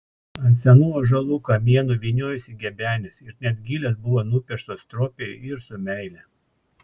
ant senų ąžuolų kamienų vyniojosi gebenės ir net gilės buvo nupieštos stropiai ir su meile